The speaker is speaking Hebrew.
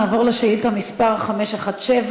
נעבור לשאילתה מס' 517,